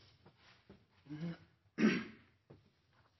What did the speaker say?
Men